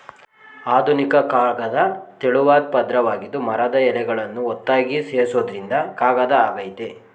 ಆಧುನಿಕ ಕಾಗದ ತೆಳುವಾದ್ ಪದ್ರವಾಗಿದ್ದು ಮರದ ಎಳೆಗಳನ್ನು ಒತ್ತಾಗಿ ಸೇರ್ಸೋದ್ರಿಂದ ಕಾಗದ ಆಗಯ್ತೆ